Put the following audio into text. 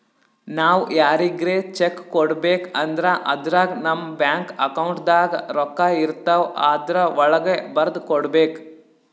ನಾವ್ ಯಾರಿಗ್ರೆ ಚೆಕ್ಕ್ ಕೊಡ್ಬೇಕ್ ಅಂದ್ರ ಅದ್ರಾಗ ನಮ್ ಬ್ಯಾಂಕ್ ಅಕೌಂಟ್ದಾಗ್ ರೊಕ್ಕಾಇರ್ತವ್ ಆದ್ರ ವಳ್ಗೆ ಬರ್ದ್ ಕೊಡ್ಬೇಕ್